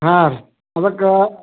ಹಾಂ ರೀ ಅದಕ್ಕೆ